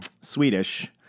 Swedish